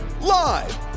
Live